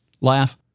laugh